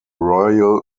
royal